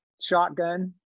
shotgun